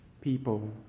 people